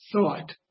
thought